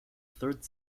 third